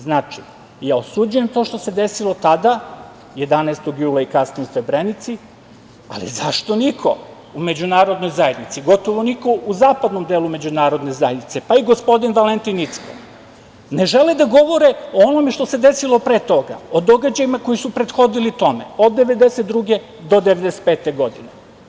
Znači, ja osuđujem to što se desilo tada, 11. jula i kasnije u Srebrenici, ali zašto niko u međunarodnoj zajednici, gotovo niko u zapadnom delu međunarodne zajednice, pa i gospodin Valentin Icko, ne žele da govore o onome što se desilo pre toga, o događajima koji su prethodili tome od 1992. do 1995. godine.